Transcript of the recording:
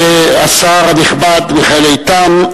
השר הנכבד מיכאל איתן,